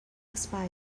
expire